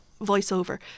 voiceover